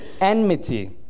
enmity